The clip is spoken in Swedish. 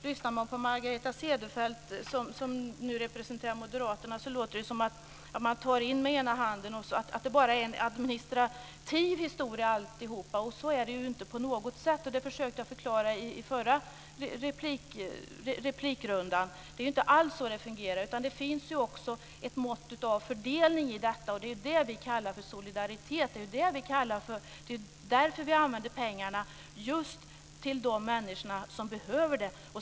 Lyssnar man på Margareta Cederfelt, som representerar Moderaterna, låter det som att man tar in med ena handen och att det bara är en administrativ historia alltihop. Så är det inte på något sätt. Det försökte jag förklara i den förra replikrundan. Det är inte alls så det fungerar. Det finns också ett mått av fördelning i detta, och det är det vi kallar solidaritet. Det är därför vi använder pengarna just till de människorna som behöver dem.